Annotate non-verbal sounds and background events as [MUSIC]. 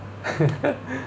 [LAUGHS]